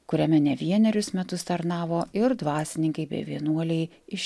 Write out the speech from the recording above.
kuriame ne vienerius metus tarnavo ir dvasininkai bei vienuoliai iš